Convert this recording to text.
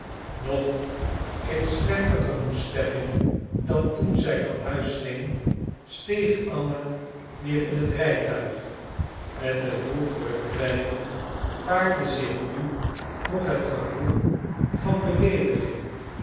nog in slechter gemoedsstemming dan toen zij van huis ging steeg anna weer in het rijtuig met de vroegere kwelling paarde zich nu nog het gevoel van beleediging